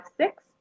six